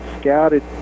scouted